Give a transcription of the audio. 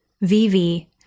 VV